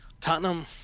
Tottenham